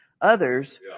others